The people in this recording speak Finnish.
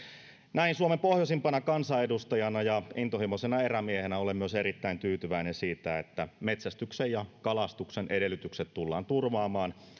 näin suomen pohjoisimpana kansanedustajana ja intohimoisena erämiehenä olen myös erittäin tyytyväinen siitä että metsästyksen ja kalastuksen edellytykset tullaan turvaamaan